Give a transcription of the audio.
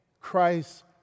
Christ